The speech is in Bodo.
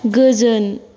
गोजोन